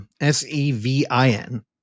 S-E-V-I-N